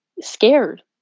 scared